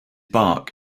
bark